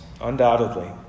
undoubtedly